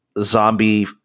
zombie